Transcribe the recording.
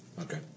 Okay